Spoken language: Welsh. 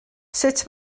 sut